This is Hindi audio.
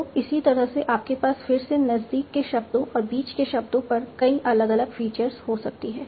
तो इसी तरह से आपके पास फिर से नज़दीक के शब्दों और बीच के शब्दों पर कई अलग अलग फीचर्स हो सकती हैं